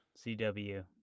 cw